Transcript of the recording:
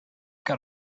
got